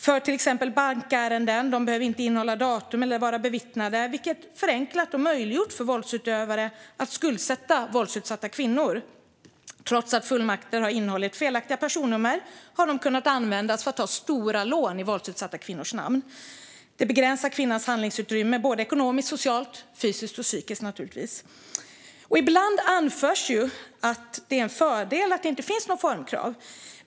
För till exempel bankärenden behöver fullmakter inte innehålla datum eller vara bevittnade, vilket har förenklat och möjliggjort för våldsutövare att skuldsätta våldsutsatta kvinnor. Trots att fullmakter har innehållit felaktiga personnummer har de kunnat användas för att ta stora lån i våldsutsatta kvinnors namn. Det begränsar kvinnans handlingsutrymme, både ekonomiskt, socialt, fysiskt och psykiskt, naturligtvis. Ibland anförs att det är en fördel att det inte finns några formkrav.